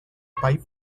pipe